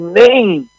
name